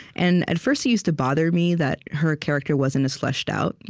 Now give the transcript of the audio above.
and at first, it used to bother me that her character wasn't as fleshed-out.